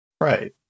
Right